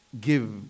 give